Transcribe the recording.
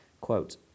Quote